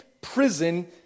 prison